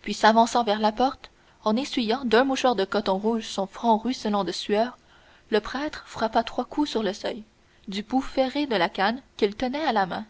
puis s'avançant vers la porte en essuyant d'un mouchoir de coton rouge son front ruisselant de sueur le prêtre frappa trois coups sur le seuil du bout ferré de la canne qu'il tenait à la main